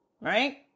right